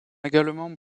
également